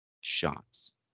shots